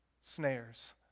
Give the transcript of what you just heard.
snares